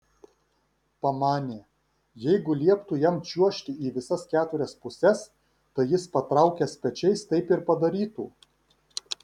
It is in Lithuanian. pamanė jeigu lieptų jam čiuožti į visas keturias puses tai jis patraukęs pečiais taip ir padarytų